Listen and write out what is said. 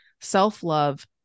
self-love